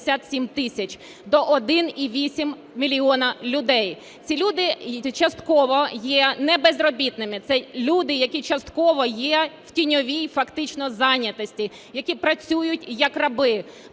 до 1,8 мільйона людей. Ці люди частково є не безробітними, це люди, які частково є в тіньовій фактично зайнятості, які працюють як раби.